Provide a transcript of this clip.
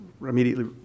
immediately